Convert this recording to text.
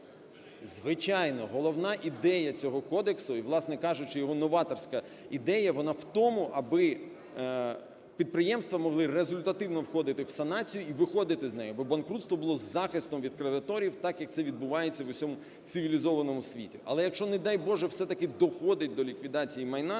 Звичайно. Головна ідея цього кодексу і, власне кажучи, його новаторська ідея, вона в тому, аби підприємства могли результативно входити в санацію і виходити з неї. Бо банкрутство було захистом від кредиторів, так, як це відбувається в усьому цивілізованому світі. Але, якщо, не дай Боже, все-таки доходить до ліквідації майна,